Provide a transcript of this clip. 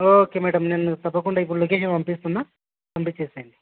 okay madam నేను తప్పకుండా ఇప్పుడు లోకేషన్ పంపిస్తున్నాను పంపించేసేయండి